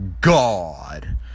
God